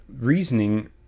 reasoning